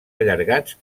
allargats